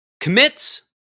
commits